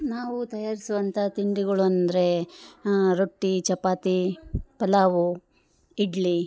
ನಾವು ತಯಾರಿಸುವಂಥ ತಿಂಡಿಗಳು ಅಂದರೆ ರೊಟ್ಟಿ ಚಪಾತಿ ಪಲಾವು ಇಡ್ಲಿ